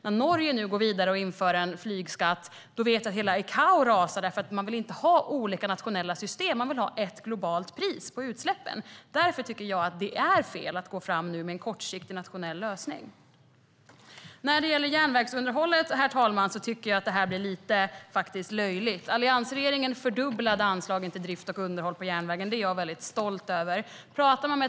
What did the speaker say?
När Norge nu går vidare och inför en flygskatt vet vi att hela ICAO rasar, då man inte vill ha olika nationella system, utan ett globalt pris på utsläppen. Därför tycker jag att det är fel att nu gå fram med en kortsiktig nationell lösning. När det gäller järnvägsunderhållet, herr talman, tycker jag att det här blir lite löjligt. Alliansregeringen fördubblade anslagen till drift och underhåll på järnvägen. Det är jag väldigt stolt över.